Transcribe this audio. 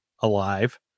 alive